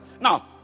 Now